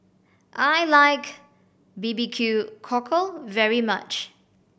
I like B B Q Cockle very much